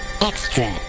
Extra